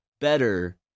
better